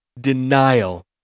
denial